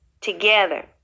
together